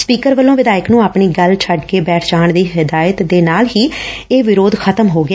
speaker ਵੱਲੋਂ ਵਿਧਾਇਕ ਨੂੰ ਆਪਣੀ ਗੱਲ ਛੱਡ ਕੇ ਬੈਠ ਜਾਣ ਦੀ ਹਦਾਇਤ ਦੇ ਨਾਲ ਹੀ ਇਹ ਵਿਰੋਧ ਖ਼ਤਮ ਹੋ ਗਿਆ